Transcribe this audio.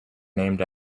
named